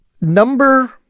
Number